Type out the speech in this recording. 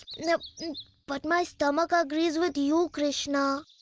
you know but my stomach agrees with you, krishna.